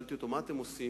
שאלתי אותו: מה אתם עושים?